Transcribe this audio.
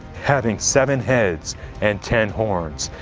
having seven heads and ten horns,